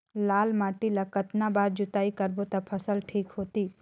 लाल माटी ला कतना बार जुताई करबो ता फसल ठीक होती?